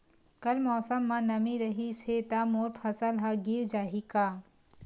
कल मौसम म नमी रहिस हे त मोर फसल ह गिर जाही का?